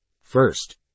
first